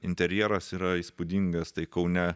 interjeras yra įspūdingas tai kaune